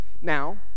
Now